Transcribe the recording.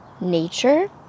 nature